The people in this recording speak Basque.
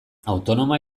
autonomoa